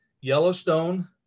Yellowstone